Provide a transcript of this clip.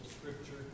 Scripture